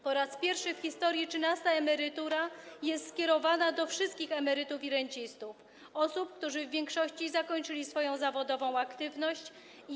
Po raz pierwszy w historii trzynasta emerytura jest skierowana do wszystkich emerytów i rencistów - osób, które w większości zakończyły swoją aktywność zawodową.